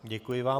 Děkuji vám.